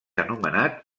anomenat